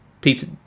peter